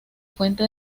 fuente